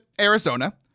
Arizona